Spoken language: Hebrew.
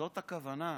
זאת הכוונה.